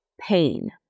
pain